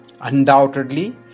Undoubtedly